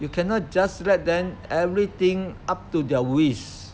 you cannot just let them everything up to their wish